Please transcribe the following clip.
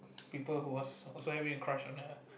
people who was having a crush on her